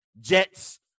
Jets